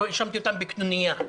לא האשמתי אותם בקנוניה.